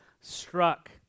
struck